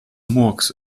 murks